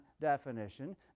definition